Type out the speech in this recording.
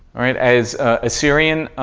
right, as ah syrian